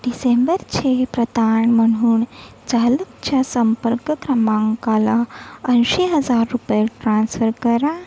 डिसेंबरचे प्रदान म्हणून चालकच्या संपर्क क्रमांकाला ऐंशी हजार रुपये ट्रान्स्फर करा